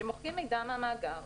שמוחקים מידע מהמאגר,